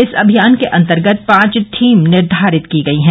इस अभियान के अन्तर्गत पांच थीम निर्धारित की गई हैं